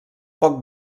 poc